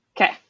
Okay